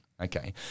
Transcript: Okay